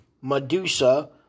Medusa